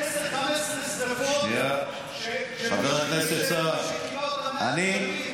עשר או 15 שרפות שמי שכיבה אותן היה התושבים.